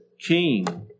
king